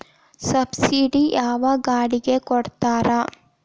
Subsidy ಯಾವ ಗಾಡಿಗೆ ಕೊಡ್ತಾರ?